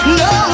no